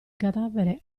cadavere